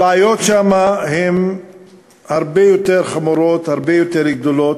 הבעיות שם הן הרבה יותר חמורות, הרבה יותר גדולות.